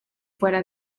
fuera